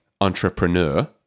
entrepreneur